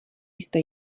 jste